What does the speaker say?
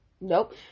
Nope